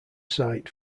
site